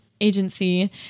agency